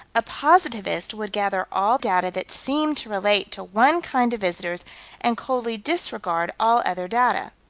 a positivist would gather all data that seem to relate to one kind of visitors and coldly disregard all other data.